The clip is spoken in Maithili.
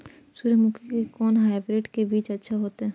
सूर्यमुखी के कोन हाइब्रिड के बीज अच्छा होते?